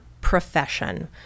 profession